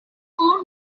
phone